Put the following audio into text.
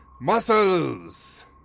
muscles